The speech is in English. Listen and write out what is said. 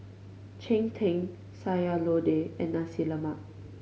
cheng tng Sayur Lodeh and Nasi Lemak